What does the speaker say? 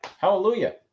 hallelujah